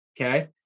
okay